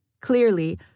Clearly